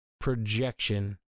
projection